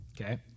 Okay